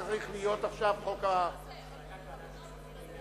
הצעת חוק מכירת רכב משומש (זכאות למידע וגילוי נאות)